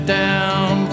down